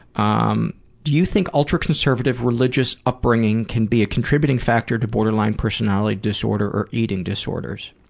um you think ultraconservative religious upbringing can be a contributing factor to borderline personality disorder or eating disorders?